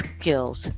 skills